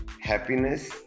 happiness